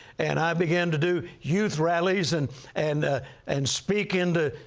and i began to do youth rallies and and ah and speak into